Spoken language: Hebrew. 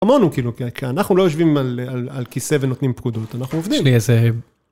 אמרנו כאילו, כי אנחנו לא יושבים על כיסא ונותנים פקודות, אנחנו עובדים. שנייה, .